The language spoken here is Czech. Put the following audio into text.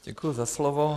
Děkuji za slovo.